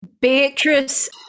Beatrice